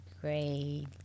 great